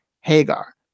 Hagar